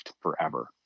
forever